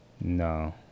no